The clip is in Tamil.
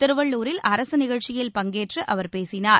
திருவள்ளூரில் அரசு நிகழ்ச்சியில் பங்கேற்று அவர் பேசினார்